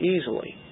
easily